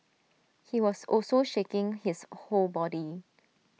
he was also shaking his whole body